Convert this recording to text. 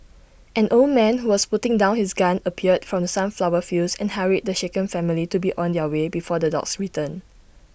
an old man who was putting down his gun appeared from the sunflower fields and hurried the shaken family to be on their way before the dogs return